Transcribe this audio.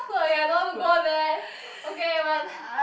already I don't want to go there okay but